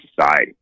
society